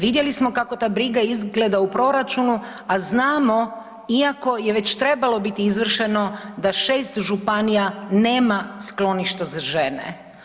Vidjeli smo kako ta briga izgleda u proračunu, a znamo, iako je već trebalo biti izvršeno da 6 županija nema skloništa za žene.